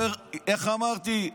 איך אמרתי,